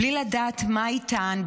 בלי לדעת מה איתן,